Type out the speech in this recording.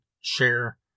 share